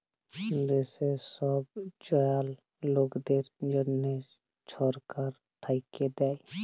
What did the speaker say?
দ্যাশের ছব জয়াল লকদের জ্যনহে ছরকার থ্যাইকে দ্যায়